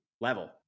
level